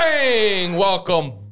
Welcome